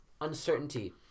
uncertainty